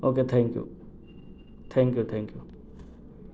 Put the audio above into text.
okay thank you thank you thank you